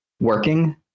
working